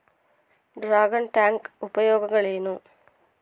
Dragon tank ಉಪಯೋಗಗಳೇನು?